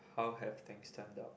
how have things turned out